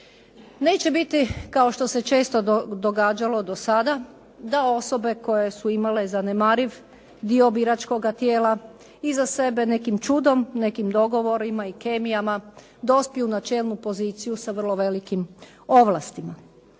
Neće biti kao što se često događalo do sada da osobe koje su imale zanemariv dio biračkoga tijela iza sebe nekim čudom, nekim dogovorima i kemijama dospiju na čelnu poziciju sa vrlo velikim ovlastima.